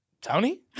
Tony